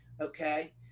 Okay